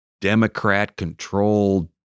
Democrat-controlled